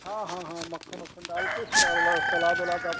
हाँ हाँ हाँ मक्खन ओक्खन डाल कर सलाद ओलाद आप